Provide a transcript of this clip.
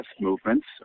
movements